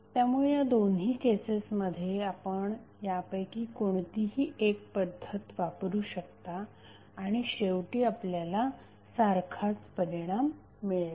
त्यामुळे या दोन्ही केसेसमध्ये आपण त्यापैकी कोणतीही एक पद्धत वापरू शकता आणि शेवटी आपल्याला सारखाच परिणाम मिळेल